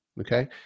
okay